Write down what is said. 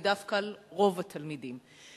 ודווקא רוב התלמידים.